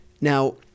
Now